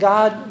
God